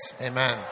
Amen